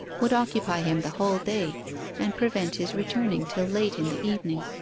would occupy him the whole day and prevent his returning till late in the evening.